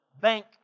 bank